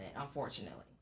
unfortunately